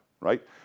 right